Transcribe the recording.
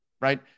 right